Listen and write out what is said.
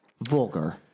Vulgar